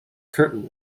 curtain